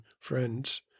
friends